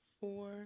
four